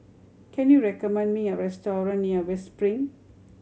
can you recommend me a restaurant near West Spring